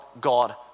God